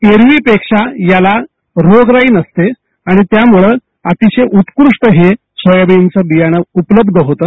एरवीपेक्षा याला रोगराई नसते आणि त्यामुळं अतिशय उत्कृष्ट सोयबीनचं बियाण उपलब्ध होतं